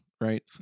right